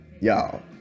y'all